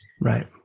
Right